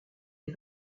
est